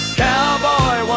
cowboy